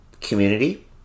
community